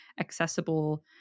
accessible